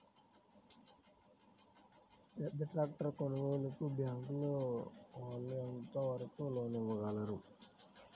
పెద్ద ట్రాక్టర్ కొనుగోలుకి బ్యాంకు వాళ్ళు ఎంత వరకు లోన్ ఇవ్వగలరు?